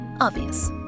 Obvious